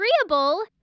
agreeable